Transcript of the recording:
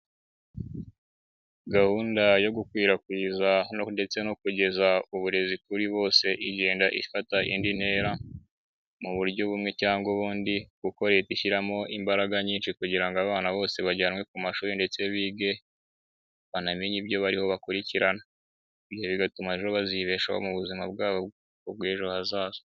Gahunda yo gukwirakwiza ndetse no kugeza uburezi kuri bose igenda ifata indi ntera, mu buryo bumwe cyangwa ubundi kuko Leta ishyiramo imbaraga nyinshi kugira ngo abana bose bajyanwe ku mashuri ndetse bige. Banamenye ibyo bariho bakurikirana, ibyo bigatuma bazibeshaho mu buzima bwabo bw'ejo hazaza.